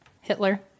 hitler